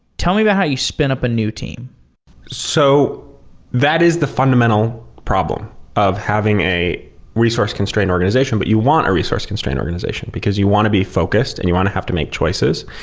tell me about how you spin up a new team so that is the fundamental problem of having a resource-constrained organization, but you want a resource-constrained organization, because you want to be focused and you want to have to make choices.